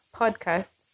podcast